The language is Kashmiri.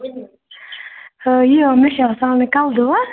یہِ مےٚ چھِ آسان یہِ کَلہٕ دود